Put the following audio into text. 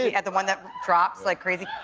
yeah the one that drops like crazy.